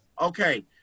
Okay